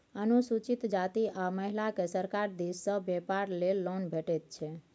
अनुसूचित जाती आ महिलाकेँ सरकार दिस सँ बेपार लेल लोन भेटैत छै